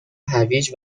هویج